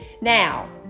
Now